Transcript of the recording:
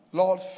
lord